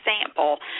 example